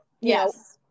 Yes